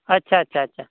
अच्छा अच्छा अच्छा